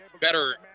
better